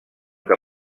que